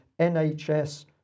NHS